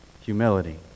Humility